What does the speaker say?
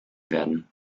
werden